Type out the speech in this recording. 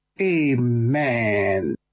Amen